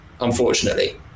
unfortunately